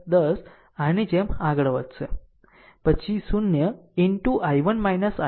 આમ 10 આની જેમ આગળ વધશે પછી 0 into I1 I2